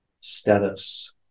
status